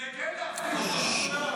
כדי כן להחזיר אותם.